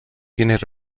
vienes